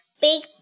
Big